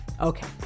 Okay